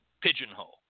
pigeonhole